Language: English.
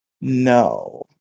No